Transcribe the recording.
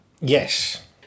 Yes